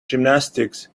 gymnastics